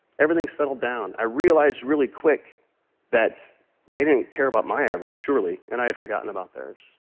everything settled down. i realized really quick that they didn't care about my average, surely, and i had forgotten about theirs.